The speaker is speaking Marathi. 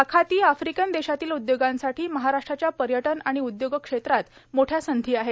आखातीए आफ्रिकन देशातील उद्योगांसाठी महाराष्ट्राच्या पर्यटन आणि उद्योग क्षेत्रात मोठ्या संधी आहेत